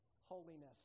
holiness